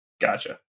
Gotcha